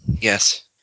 Yes